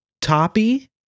toppy